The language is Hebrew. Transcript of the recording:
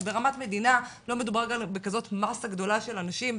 ברמת מדינה, לא מדובר בכזאת מאסה גדולה של אנשים.